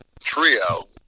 trio